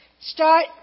start